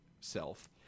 self